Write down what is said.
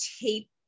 tape